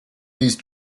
these